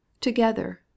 Together